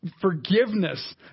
forgiveness